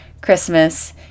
Christmas